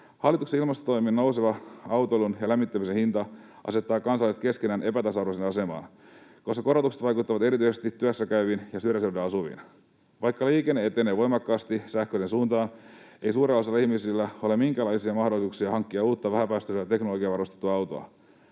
Hallituksen ilmastotoimin nouseva autoilun ja lämmittämisen hinta asettaa kansalaiset keskenään epätasa-arvoiseen asemaan, koska korotukset vaikuttavat erityisesti työssäkäyviin ja syrjäseuduilla asuviin. Vaikka liikenne etenee voimakkaasti sähköiseen suuntaan, ei suurella osalla ihmisistä ole minkäänlaisia mahdollisuuksia hankkia uutta vähäpäästöisellä teknologialla varustettua autoa.